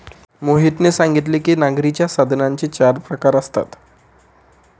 मोहितने सांगितले की नांगरणीच्या साधनांचे चार प्रकार असतात